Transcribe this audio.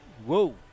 Whoa